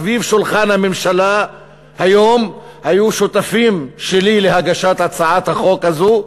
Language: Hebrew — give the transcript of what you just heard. סביב שולחן הממשלה היום היו שותפים שלי להגשת הצעת החוק הזאת,